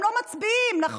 הם לא מצביעים, נכון?